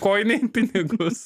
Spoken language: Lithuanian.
kojinėj pinigus